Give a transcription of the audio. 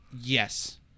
Yes